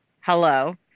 Hello